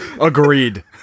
Agreed